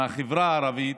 מהחברה הערבית,